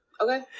Okay